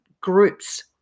groups